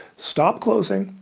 stop closing,